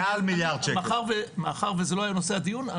מעל מיליארד! מאחר וזה לא היה נושא הדיון..